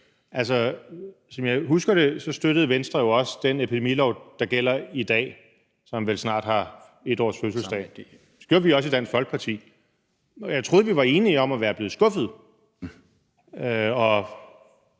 som jeg husker det, støttede Venstre jo også den epidemilov, der gælder i dag, som vel snart har 1 års fødselsdag. Det gjorde vi også i Dansk Folkeparti. Jeg troede, vi var enige om at være blevet skuffede